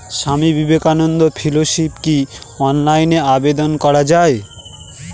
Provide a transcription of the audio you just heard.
স্বামী বিবেকানন্দ ফেলোশিপে কি অনলাইনে আবেদন করা য়ায়?